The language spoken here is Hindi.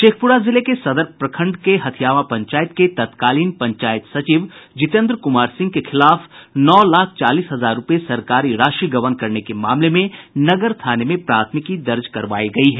शेखप्रा जिले के सदर प्रखंड के हथियावां पंचायत के तत्कालीन पंचायत सचिव जितेन्द्र कुमार सिंह के खिलाफ नौ लाख चालीस हजार रूपये सरकारी राशि गबन करने के मामले में नगर थाने में प्राथमिकी दर्ज करवायी गयी है